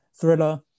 thriller